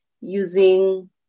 using